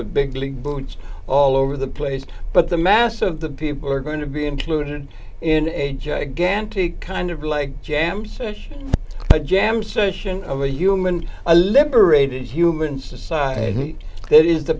with big league boots all over the place but the mass of the people are going to be included in a gigantic kind of like jam session jam session of a human a liberated human society that is the